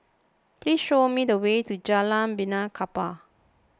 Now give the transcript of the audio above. please show me the way to Jalan Benaan Kapal